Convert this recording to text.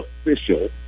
official